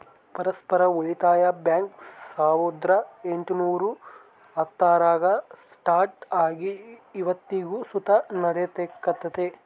ಪರಸ್ಪರ ಉಳಿತಾಯ ಬ್ಯಾಂಕ್ ಸಾವುರ್ದ ಎಂಟುನೂರ ಹತ್ತರಾಗ ಸ್ಟಾರ್ಟ್ ಆಗಿ ಇವತ್ತಿಗೂ ಸುತ ನಡೆಕತ್ತೆತೆ